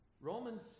Romans